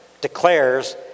declares